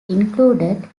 included